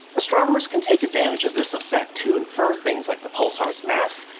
astronomers can take advantage of this effect to infer things like the pulsar's mass,